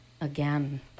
again